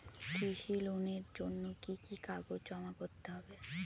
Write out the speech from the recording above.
কৃষি লোনের জন্য কি কি কাগজ জমা করতে হবে?